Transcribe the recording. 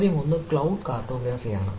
ചോദ്യം ഒന്ന് cloud cartography ആണ്